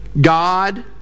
God